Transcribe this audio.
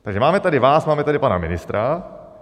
Takže máme tady vás, máme tady pana ministra.